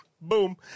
Boom